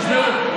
תשמעו,